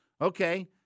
okay